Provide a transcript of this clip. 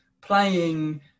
playing